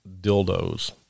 dildos